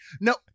no